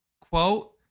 Quote